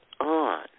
on